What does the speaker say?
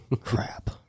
Crap